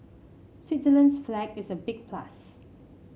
Switzerland's flag is a big plus